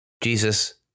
Jesus